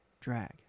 drag